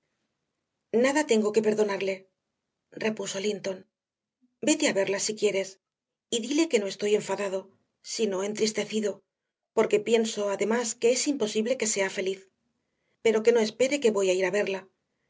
nada tengo que perdonarle repuso linton vete a verla si quieres y dile que no estoy enfadado sino entristecido porque pienso además que es imposible que sea feliz pero que no espere que voy a ir a verla